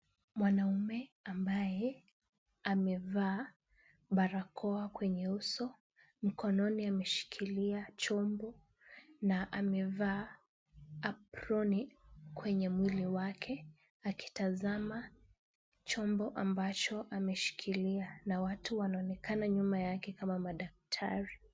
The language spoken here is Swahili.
Mwanaume ambaye amevaa barakoa kwenye uso, mkononi ameshikilia chombo na amevaa aproni kwenye mwili wake, akitazama chombo ambacho ameshikilia na watu wanaonekana nyuma yake kama madaktari.